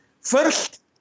First